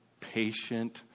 patient